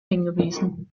hingewiesen